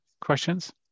questions